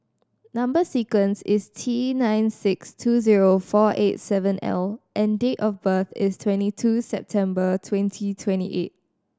number sequence is T nine six two zero four eight seven L and date of birth is twenty two September twenty twenty eight